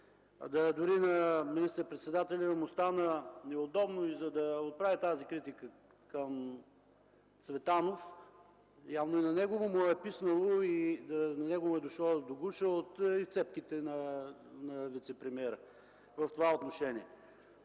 Дори на министър-председателя му стана неудобно и за да отправи тази критика към Цветанов, явно и на него му е писнало и му е дошло до гуша от изцепките на вицепремиера в това отношение.